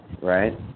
right